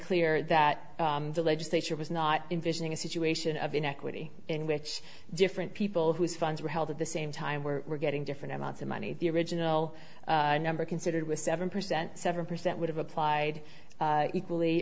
clear that the legislature was not envisioning a situation of inequity in which different people whose funds were held at the same time were getting different amounts of money the original number considered was seven percent seven percent would have applied equally